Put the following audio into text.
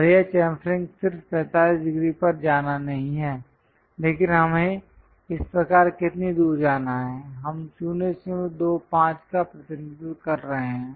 और यह चॉम्फरिंग सिर्फ 45 डिग्री पर जाना नहीं है लेकिन हमें इस प्रकार कितनी दूर जाना है हम 025 का प्रतिनिधित्व कर रहे हैं